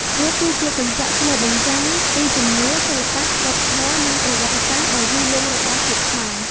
វាគឺជា កញ្ចក់ឆ្លុះបញ្ចាំងពីជំនឿ សិល្បៈ វប្បធម៌ និងប្រវត្តិសាស្ត្រ ដ៏យូរលង់របស់ជាតិខ្មែរ។